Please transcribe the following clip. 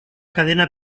cadena